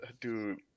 Dude